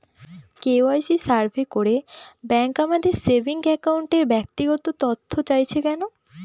KYC survey করে bank আমাদের saving অ্যাকাউন্টের ব্যক্তিগত তথ্য চাইছে কেন?